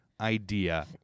idea